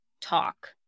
talk